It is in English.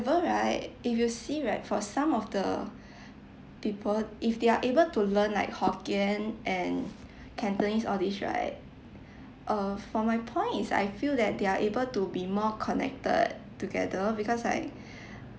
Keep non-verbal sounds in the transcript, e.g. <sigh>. however right if you see right for some of the people if they are able to learn like hokkien and cantonese all these right uh for my point is I feel that they are able to be more connected together because like <breath>